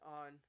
on